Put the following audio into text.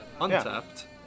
untapped